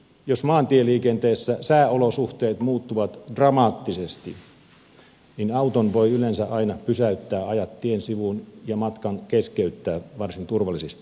jos maantieliikenteessä sääolosuhteet muuttuvat dramaattisesti niin auton voi yleensä aina pysäyttää ajaa tien sivuun ja matkan keskeyttää varsin turvallisesti